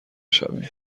شویم